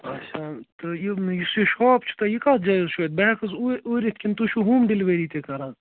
اَچھا تہٕ یہِ یُس یہِ شاپ چھُ تۄہہِ یہِ کَتھ جایہِ حظ چھُ اَتہِ بہٕ ہٮ۪کہٕ حظ اوٗرۍ اوٗرۍ یِتھ کِنہٕ تُہۍ چھُو ہوم ڈیلؤری تہِ کَران